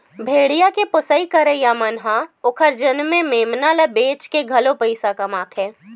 भेड़िया के पोसई करइया मन ह ओखर जनमे मेमना ल बेचके घलो पइसा कमाथे